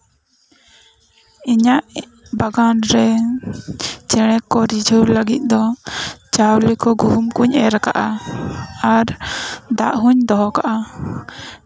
ᱤᱧᱟᱹᱜ ᱵᱟᱜᱟᱱ ᱨᱮ ᱪᱮᱬᱮ ᱠᱚ ᱨᱤᱡᱷᱟᱹᱣ ᱞᱟᱹᱜᱤᱫ ᱫᱚ ᱪᱟᱣᱞᱮ ᱠᱚ ᱜᱩᱦᱩᱢ ᱠᱩᱧ ᱮᱨ ᱟᱠᱟᱜᱼᱟ ᱟᱨ ᱫᱟᱜ ᱦᱚᱸᱧ ᱫᱚᱦᱚ ᱠᱟᱜᱼᱟ